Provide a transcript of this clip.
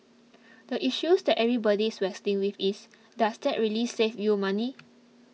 the issues that everybody is wrestling with is does that really save you money